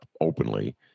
openly